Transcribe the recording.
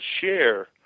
share